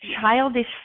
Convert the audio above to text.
childish